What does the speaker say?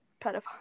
pedophile